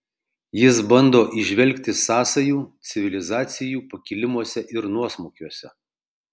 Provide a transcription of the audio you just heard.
jis bando įžvelgti sąsajų civilizacijų pakilimuose ir nuosmukiuose